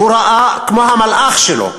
הוא ראה, כמו המלאך שלו,